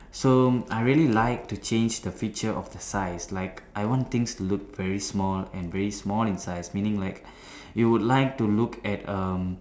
so I really like to change the feature of the size like I want things to look very small and very small in size meaning like you would like to look at um